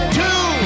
two